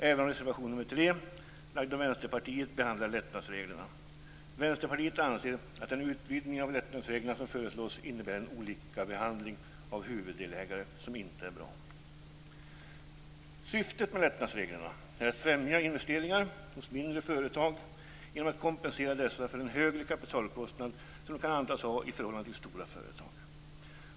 Även reservation 3, av Vänsterpartiet, behandlar lättnadsreglerna. Vänsterpartiet anser att den utvidgning av lättnadsreglerna som föreslås innebär en "olikbehandling av huvuddelägare som inte är bra." Syftet med lättnadsreglerna är att främja investeringar hos mindre företag genom att kompensera dessa för den högre kapitalkostnad som de kan antas ha i förhållande till stora företag.